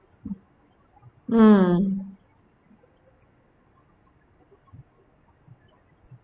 mm